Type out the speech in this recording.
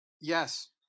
Yes